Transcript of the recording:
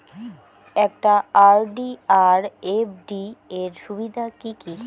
একটা আর.ডি আর এফ.ডি এর সুবিধা কি কি?